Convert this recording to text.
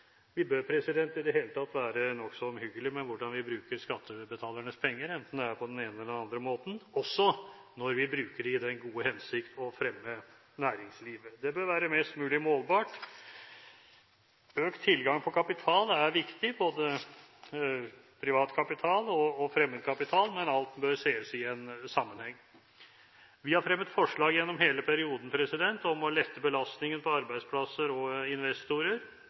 Vi bør i det hele tatt være nokså omhyggelige med hvordan vi bruker skattebetalernes penger, enten det er på den ene eller den andre måten – også når vi bruker dem i den gode hensikt å fremme næringslivet. Det bør være mest mulig målbart. Økt tilgang på kapital er viktig, både privat kapital og fremmedkapital, men alt bør ses i en sammenheng. Vi har fremmet forslag gjennom hele perioden om å lette belastningen på arbeidsplasser og investorer